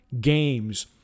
games